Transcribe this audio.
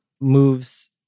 moves